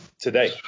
today